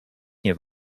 nie